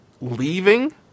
leaving